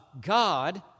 God